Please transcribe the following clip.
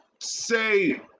say